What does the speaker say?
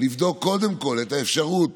לבדוק קודם כל את האפשרות